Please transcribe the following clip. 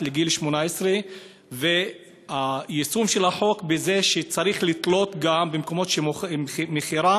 לגיל 18. היישום של החוק הוא בכך שצריך לתלות במקומות מכירה